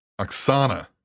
Oksana